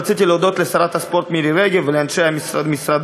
רציתי להודות לשרת הספורט מירי רגב ולאנשי משרדה,